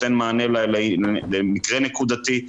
נותן מענה למקרה נקודתי.